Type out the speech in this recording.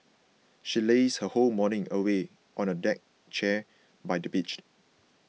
she lazed her whole morning away on a deck chair by the beach